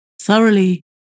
thoroughly